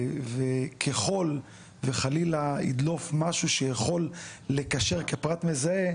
ככל וחלילה ידלוף משהו שיכול לקשר כפרט מזהה,